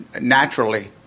naturally